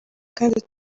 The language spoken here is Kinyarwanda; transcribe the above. kandi